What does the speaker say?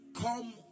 Come